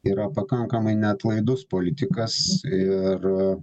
yra pakankamai neatlaidus politikas ir